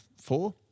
four